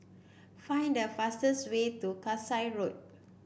find the fastest way to Kasai Road